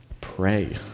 Pray